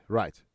right